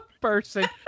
person